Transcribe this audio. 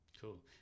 cool